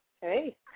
Hey